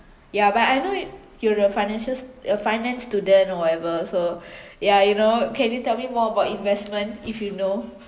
ya but I know yo~ you’re a financial st~ a finance student or whatever so yeah you know can you tell me more about investment if you know